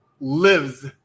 lives